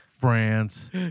france